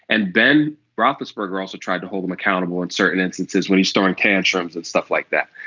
and ben roethlisberger also tried to hold them accountable in certain instances when he started cancer um and stuff like that.